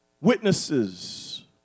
witnesses